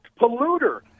polluter